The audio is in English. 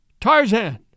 Tarzan